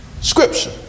scripture